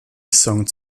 song